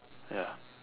ya